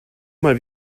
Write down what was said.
mal